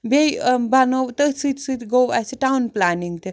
بیٚیہِ ٲں بنوو تٔتھۍ سۭتۍ سۭتۍ گوٚو اسہِ ٹاوٕن پٕلانِنٛگ تہِ